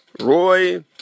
Roy